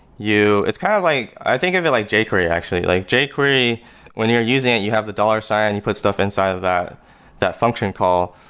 it's kind of like i think of it like jquery actually. like jquery, when you're using it you have the dollar sign and you put stuff inside of that that function call.